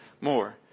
more